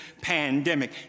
pandemic